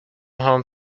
home